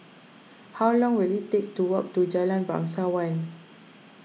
how long will it take to walk to Jalan Bangsawan